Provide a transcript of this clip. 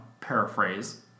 paraphrase